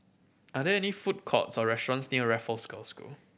are there any food courts or restaurants near Raffles Girls' School